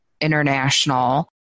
international